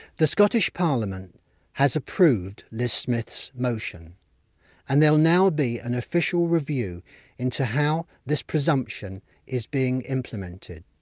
the scottish parliament has approved liz smith's motion and they'll now be an official review in to how this presumption is being implemented.